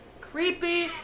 Creepy